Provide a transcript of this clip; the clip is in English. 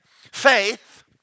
Faith